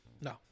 no